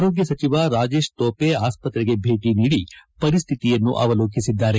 ಆರೋಗ್ನ ಸಚಿವ ರಾಜೇಶ್ ತೋವೆ ಆಸ್ಪತ್ರೆಗೆ ಭೇಟಿ ನೀಡಿ ಪರಿಸಿತಿಯನ್ನು ಅವಲೋಕಿಸಿದ್ದಾರೆ